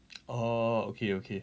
orh okay okay